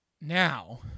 Now